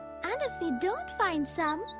and if we don't find some,